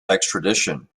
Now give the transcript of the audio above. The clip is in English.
extradition